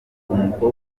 umukobwa